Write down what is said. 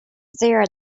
stare